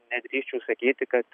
nedrįsčiau sakyti kad